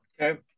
Okay